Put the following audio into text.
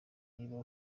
niba